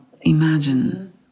Imagine